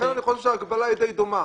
לכן יכול להיות שההקבלה היא די דומה.